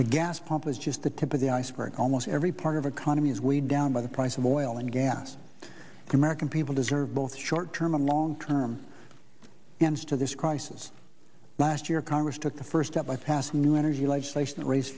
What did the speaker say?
the gas pump is just the tip of the iceberg almost every part of economy is way down by the price of oil and gas can merican people deserve both short term and long term ends to this crisis last year congress took the first step i passed new energy legislation to raise